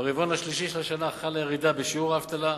ברבעון השלישי של השנה חלה ירידה בשיעור האבטלה,